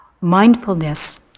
Mindfulness